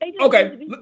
Okay